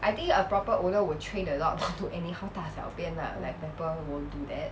mm